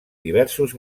diversos